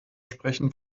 sprechen